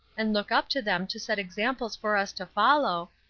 and look up to them to set examples for us to follow,